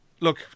look